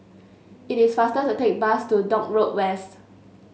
it is faster to take the bus to Dock Road West